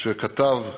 שכתב המחבר: